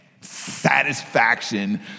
satisfaction